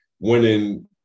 winning